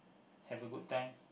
have a good time